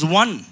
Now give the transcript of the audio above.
one